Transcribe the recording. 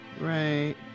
right